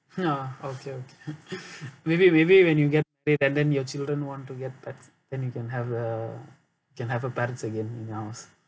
ya okay okay maybe maybe when you get married and then your children want to get pets then you can have a can have a parrot again in your house